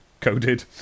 coded